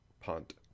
Punt